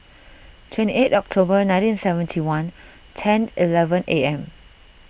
twenty eight October nineteen seventy one ten eleven A M